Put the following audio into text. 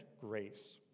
grace